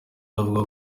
bavuga